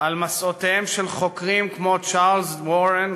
על מסעותיהם של חוקרים כמו צ'רלס וורן,